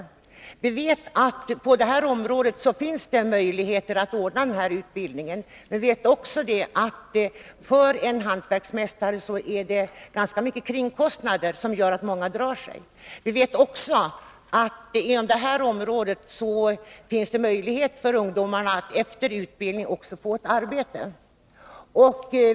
Vi vet att på detta område finns möjligheten att ordna denna utbildning, men vi vet också att det för en hantverksmästare blir ganska mycket kringkostnader, vilket gör att många drar sig. Vi vet också att det inom detta område finns möjlighet för ungdomarna att efter utbildningen också få ett arbete.